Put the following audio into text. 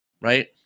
right